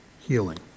healing